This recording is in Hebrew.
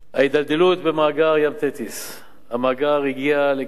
ההידלדלות במאגר "ים תטיס"; המאגר הגיע לקצה